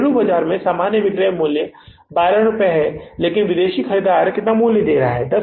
घरेलू बाजार में सामान्य बिक्री मूल्य 12 रुपये है लेकिन विदेशी ख़रीदार कितना मूल्य दे रहा है